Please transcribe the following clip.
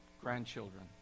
grandchildren